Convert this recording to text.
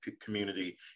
community